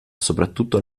soprattutto